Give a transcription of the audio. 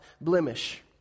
blemish